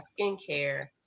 skincare